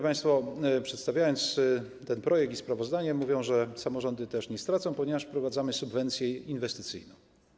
Państwo, przedstawiając ten projekt i sprawozdanie, mówią, że samorządy nie stracą, ponieważ wprowadzamy subwencje inwestycyjne.